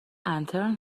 انترن